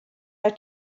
our